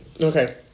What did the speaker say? Okay